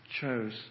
chose